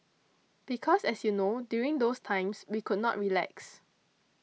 because as you know during those times we could not relax